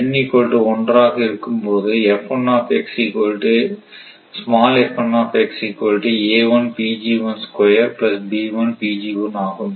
N 1 ஆக இருக்கும் போது ஆகும்